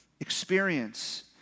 Experience